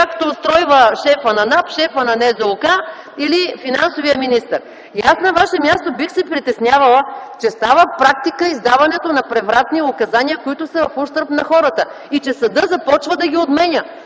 както устройва шефа на НАП, шефа на НЗОК или финансовия министър. Аз на Ваше място бих се притеснявала, че става практика издаването на превратни указания, които са в ущърб на хората и че съдът започва да ги отменя.